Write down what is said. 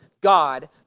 God